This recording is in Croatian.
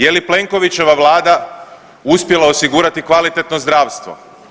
Je li Plenkovićeva vlada uspjela osigurati kvalitetno zdravstvo?